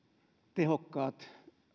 tehokkaat